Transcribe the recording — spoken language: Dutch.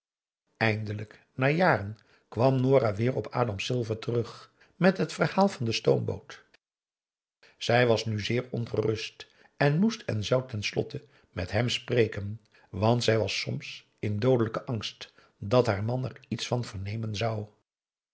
eindelijk na jaren kwam nora weer op adam silver terug met het verhaal van de stoomboot zij was nu zeer ongerust en moest en zou ten aum boe akar eel slotte met hem spreken want zij was soms in doodelijken angst dat haar man er iets van vernemen zou